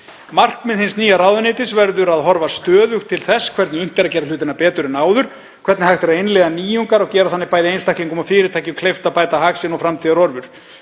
Markmið hins nýja ráðuneytis verður að horfa stöðugt til þess hvernig unnt er að gera hlutina betur en áður, hvernig hægt er að innleiða nýjungar og gera þannig bæði einstaklingum og fyrirtækjum kleift að bæta hag sinn og framtíðarhorfur.